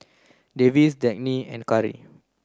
Davis Dagny and Karri